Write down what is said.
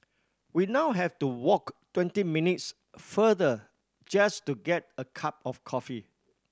we now have to walk twenty minutes farther just to get a cup of coffee